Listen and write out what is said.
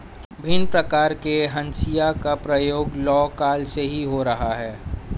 भिन्न प्रकार के हंसिया का प्रयोग लौह काल से ही हो रहा है